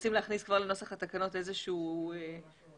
רוצים להכניס כבר לנוסח התקנות איזשהו פתח.